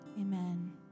amen